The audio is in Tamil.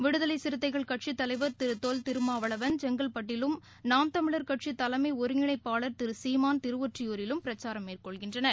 விடுதலை சிறுத்தைகள் கட்சித் தலைவர் திரு தொல் திருமாவளவன் செங்கல்பட்டிலும் நாம் தமிழர் திரு சீமான திருவொற்றியூரிலும் பிரச்சாரம் மேற்கொள்கின்றனர்